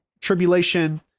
tribulation